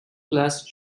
class